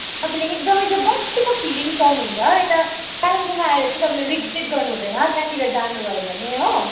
तपाईँले एकदमै त्यो बस्तीको फिलिङ पाउनुहुन्छ हो यता कालिम्पोङमा आएर चाहिँ तपाईँले रिग्रेट गर्नुहुँदैन त्यहाँतिर जानुभयो भने हो